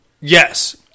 Yes